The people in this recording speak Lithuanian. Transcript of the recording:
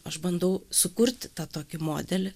aš bandau sukurti tą tokį modelį